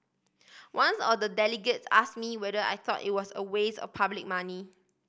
once or the delegates ask me whether I thought it was a waste of public money